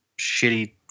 shitty